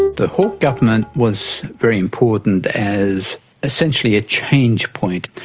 the hawke government was very important as essentially a change point.